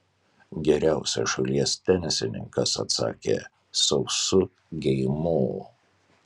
geriausias šalies tenisininkas atsakė sausu geimu